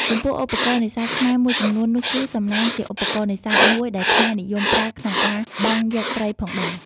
ចំពោះឧបករណ៍នេសាទខ្មែរមួយប្រភេទនោះគឺ សំណាញ់ ជាឧបករណ៍នេសាទមួយដែលខ្មែរនិយមប្រើក្នុងការបង់យកត្រីផងដែរ។